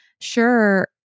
sure